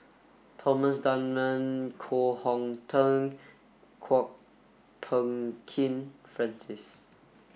Thomas Dunman Koh Hong Teng Kwok Peng Kin Francis